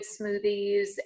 smoothies